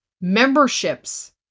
Memberships